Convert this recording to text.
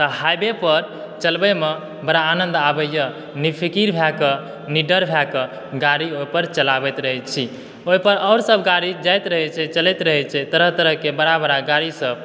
त हाइवे पर चलबैमे बड़ा आनंद आबै यऽ निफ़िकिर भए कऽ नीडर भए कऽ गाड़ी ओहि पर चलाबैत रहै छी ओहि पर आओर सब गाड़ी जाइत रहै छै चलैत रहै छै तरह तरह के बड़ा बड़ा गाड़ी सब